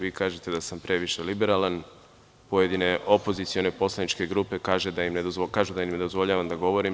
Vi kažete da sam previše liberalan, pojedine opozicione poslaničke grupe kažu da im ne dozvoljavam da govore.